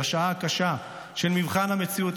בשעה הקשה של מבחן המציאות,